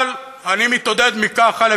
אבל אני מתעודד מכך, א.